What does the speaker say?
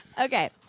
Okay